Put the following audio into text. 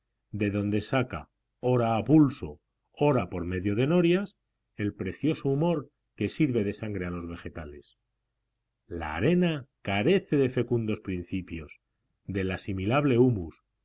de donde saca ora a pulso ora por medio de norias el precioso humor que sirve de sangre a los vegetales la arena carece de fecundos principios del asimilable humus